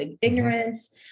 ignorance